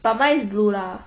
but mine is blue lah